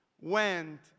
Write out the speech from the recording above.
went